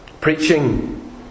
Preaching